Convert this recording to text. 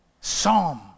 Psalm